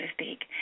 speak